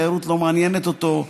תיירות לא מעניינת אותו.